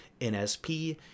nsp